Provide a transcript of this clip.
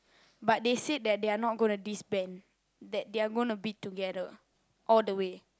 but they said that they're not gona disband that they're gona be together all the way